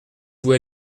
vous